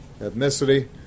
ethnicity